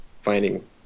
finding